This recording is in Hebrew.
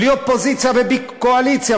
בלי אופוזיציה ובלי קואליציה,